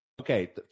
okay